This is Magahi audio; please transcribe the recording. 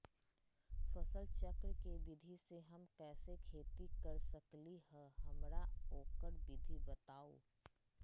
फसल चक्र के विधि से हम कैसे खेती कर सकलि ह हमरा ओकर विधि बताउ?